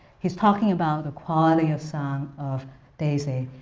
he's talking about the quality of sound of daisy,